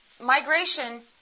Migration